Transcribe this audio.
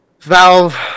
valve